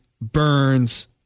Burns